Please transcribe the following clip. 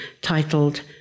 titled